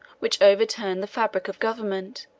which overturned the fabric of government,